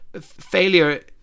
failure